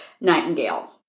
Nightingale